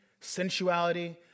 sensuality